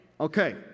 Okay